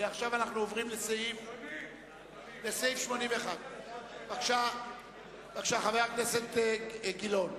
עכשיו אנחנו עוברים לסעיף 81. חבר הכנסת גילאון,